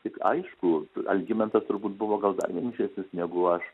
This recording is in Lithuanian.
tik aišku algimantas turbūt buvo gal dar vienišesnis negu aš